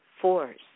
force